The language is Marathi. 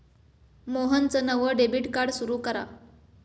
मोहनचं नवं डेबिट कार्ड सुरू करा